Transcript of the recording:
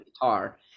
guitar